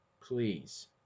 please